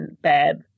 bad